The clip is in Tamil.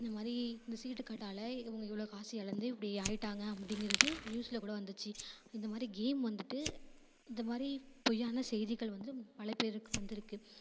இந்த மாதிரி இந்த சீட்டுக்கட்டால் இவங்க இவ்வளோ காசு இழந்து இப்படி ஆகிட்டாங்க அப்படிங்கிறது நியூஸில் கூட வந்துச்சு இந்த மாதிரி கேம் வந்துட்டு இந்த மாதிரி பொய்யான செய்திகள் வந்துட்டு பல பேருக்கு வந்துருக்குது